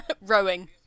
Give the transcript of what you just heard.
Rowing